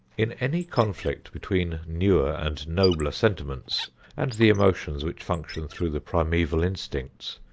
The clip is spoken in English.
in any conflict between newer and nobler sentiments and the emotions which function through the primeval instincts,